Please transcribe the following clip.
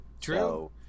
True